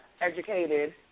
educated